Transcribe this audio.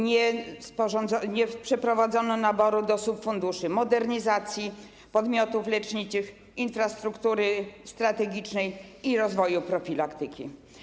Nie przeprowadzono też naboru do subfunduszy modernizacji podmiotów leczniczych, infrastruktury strategicznej i rozwoju profilaktyki.